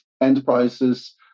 enterprises